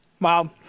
Wow